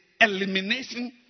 elimination